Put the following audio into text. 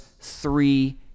three